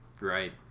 Right